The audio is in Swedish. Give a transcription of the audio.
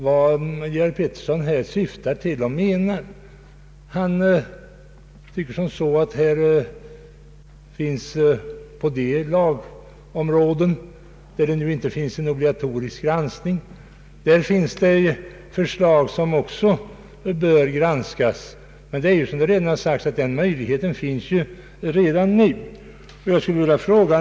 Jag har svårt att riktigt komma på det klara med vad Georg Pettersson menar. Han anser att även på de lagområden där det nu inte förekommer en obligatorisk granskning, finns det förslag som också bör granskas. Men som redan sagts, så finns ju den möjligheten också nu.